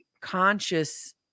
conscious